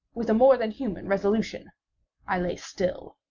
with a more than human resolution i lay still.